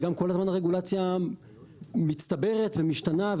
וגם כל הזמן הרגולציה מצטברת ומשתנה,